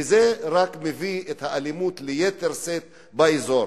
וזה רק מביא לאלימות ביתר שאת באזור.